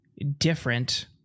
different